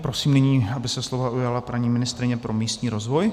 Prosím nyní, aby se slova ujala paní ministryně pro místní rozvoj.